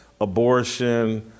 abortion